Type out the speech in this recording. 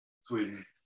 Sweden